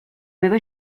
meva